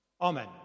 amen